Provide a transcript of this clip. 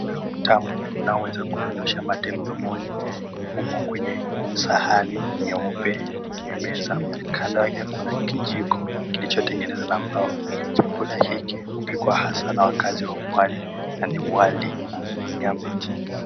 Mlo mtamu unaoweza kudondosha mate mdomoni umo kwenye sahani nyeupe kwenye meza. Kando yake kuna kijiko kilichotengenezwa na mbao. Chakula hiki hupikwa haswaa na wakaazi wa pwani na ni wali wenye nyama.